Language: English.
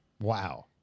wow